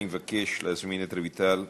אני מבקש להזמין את חברת הכנסת רויטל סויד,